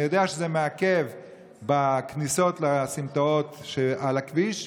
אני יודע שזה מעכב בכניסות לסמטאות שעל הכביש,